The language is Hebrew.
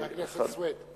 חבר הכנסת סוייד.